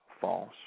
false